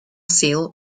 seal